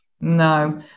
no